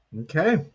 Okay